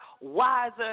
wiser